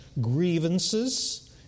grievances